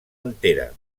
entera